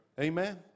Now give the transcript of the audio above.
Amen